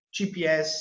GPS